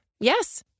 Yes